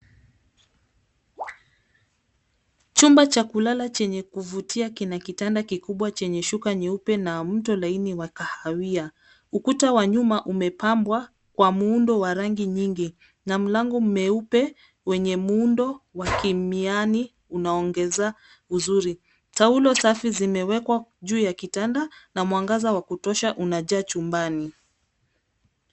Chumba cha kulala chenye kuvutia kina kitanda kikubwa chenye shuka nyeupe na mto laini wa kahawia. Ukuta wa nyuma umepambwa kwa muundo wa rangi nyingi na mlango meupe wenye muundo wa kimiani unaongeza uzuri. Taulo safi zimewekwa juu ya kitanda na mwangaza wa kutosha unajaa chumbani.